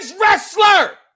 wrestler